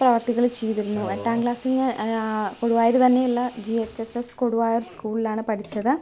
പ്രവർത്തികള് ചെയ്തിരുന്നു എട്ടാം ക്ലാസ്സില് ഞാൻ കൊടുവായൂര് തന്നെയുള്ള G H S S Koduvayur സ്കൂളിലാണ് പഠിച്ചത്